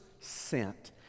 sent